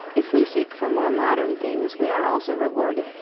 if we seek for more modern things we are also rewarded,